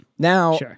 Now